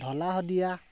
Dhola-Sadiya